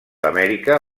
amèrica